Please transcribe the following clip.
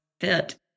fit